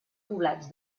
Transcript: poblats